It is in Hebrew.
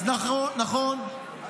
אז נכון,